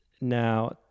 now